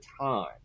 time